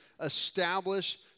establish